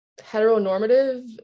heteronormative